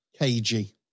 Kg